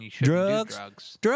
Drugs